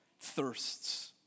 thirsts